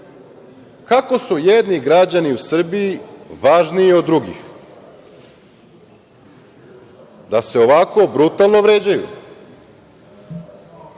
su jedni građani u Srbiji važniji od drugih da se ovako brutalno vređaju?